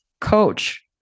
coach